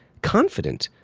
confident,